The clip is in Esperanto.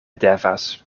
devas